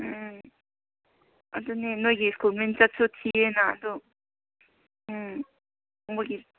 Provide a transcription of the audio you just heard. ꯎꯝ ꯑꯗꯨꯅꯦ ꯅꯣꯏꯒꯤ ꯁ꯭ꯀꯨꯜ ꯃꯤꯡꯆꯠꯁꯨ ꯊꯤꯌꯦꯅ ꯑꯗꯨ ꯎꯝ ꯃꯣꯏꯒꯤ